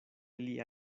lia